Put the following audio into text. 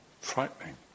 frightening